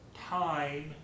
time